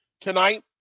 Tonight